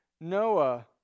Noah